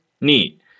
neat